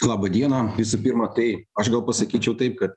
labą dieną visų pirma tai aš gal pasakyčiau taip kad